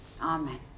Amen